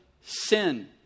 sin